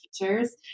teachers